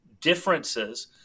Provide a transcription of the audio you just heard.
differences